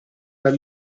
dal